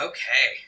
Okay